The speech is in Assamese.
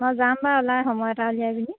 মই যাম বাৰু ওলাই সময় এটা উলিয়াই পিনি